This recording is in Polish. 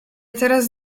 teraz